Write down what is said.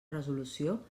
resolució